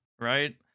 Right